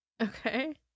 Okay